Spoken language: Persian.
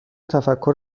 تفکر